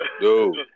Dude